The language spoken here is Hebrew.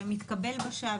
ומתקבל בשעה,